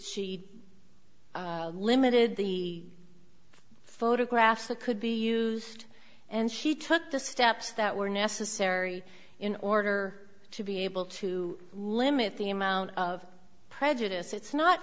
limited the photographs that could be used and she took the steps that were necessary in order to be able to limit the amount of prejudice it's not